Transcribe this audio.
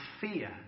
fear